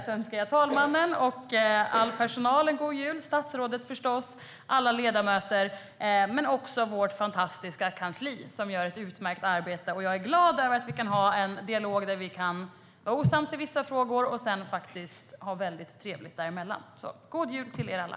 Jag önskar herr talmannen, all personal, statsrådet förstås, alla ledamöter och även vårt fantastiska kansli, som gör ett utmärkt arbete, en god jul! Jag är glad över att vi kan ha en dialog, vara osams i vissa frågor och sedan faktiskt ha väldigt trevligt däremellan. God jul till er alla!